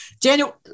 Daniel